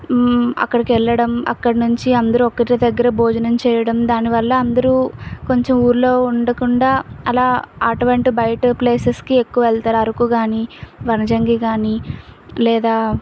అక్కడికెళ్ళడం అక్కడి నుంచి అందరూ ఒకటే దగ్గర భోజనం చేయడం దానివల్ల అందరూ కొంచెం ఊర్లో ఉండకుండా అలా అటువంటి బయట ప్లేసెస్కి ఎక్కువ వెళ్తారు అరకు గానీ వనజంగి గానీ లేదా